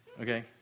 okay